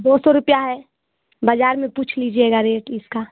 दो सौ रुपये है बाज़ार में पूछ लीजिएगा रेट इसका